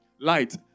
light